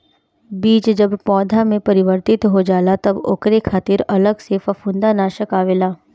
बीज जब पौधा में परिवर्तित हो जाला तब ओकरे खातिर अलग से फंफूदनाशक आवेला